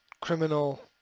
criminal